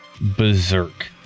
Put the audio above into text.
berserk